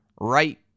right